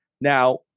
Now